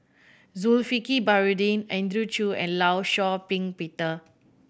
Zulkifli Baharudin Andrew Chew and Law Shau Ping Peter